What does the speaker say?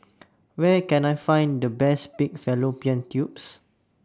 Where Can I Find The Best Pig Fallopian Tubes